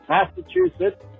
Massachusetts